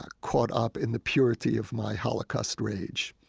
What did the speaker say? ah caught up in the purity of my holocaust rage,